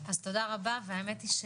אז תודה רבה והאמת היא,